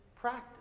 practice